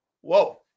Whoa